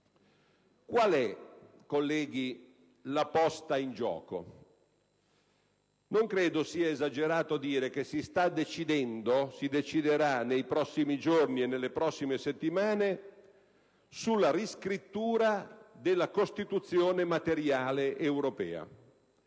Qual è, colleghi, la posta in gioco? Non credo sia esagerato dire che si sta decidendo e si deciderà nei prossimi giorni e nelle prossime settimane sulla riscrittura della Costituzione materiale europea.